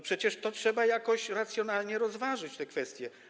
Przecież trzeba jakoś racjonalnie rozważyć te kwestie.